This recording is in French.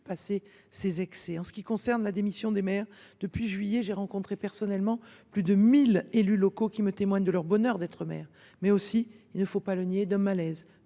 passer de tels excès. En ce qui concerne les démissions de maires, depuis juillet dernier, j’ai rencontré personnellement plus de mille élus locaux qui m’ont fait part de leur bonheur d’être maires, mais aussi – il ne faut pas le nier – d’un malaise,